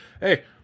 hey